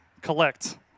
collect